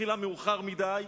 התחילה מאוחר מדי,